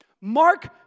Mark